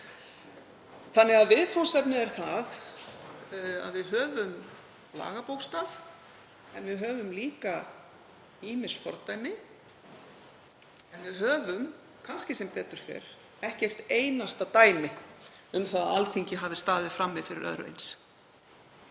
Viðfangsefnið er því það að við höfum lagabókstaf og við höfum líka ýmis fordæmi. En við höfum, kannski sem betur fer, ekki eitt einasta dæmi um að Alþingi hafi staðið frammi fyrir öðru eins.